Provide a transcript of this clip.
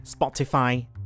Spotify